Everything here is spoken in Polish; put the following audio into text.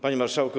Panie Marszałku!